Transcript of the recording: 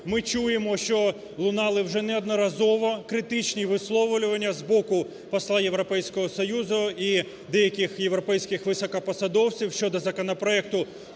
ми чуємо, що лунали вже неодноразово критичні висловлювання з боку посла Європейського Союзу і деяких європейських високопосадовців щодо законопроекту